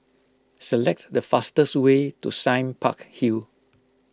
select the fastest way to Sime Park Hill